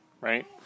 right